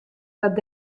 dat